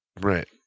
Right